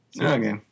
Okay